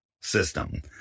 system